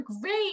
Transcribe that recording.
great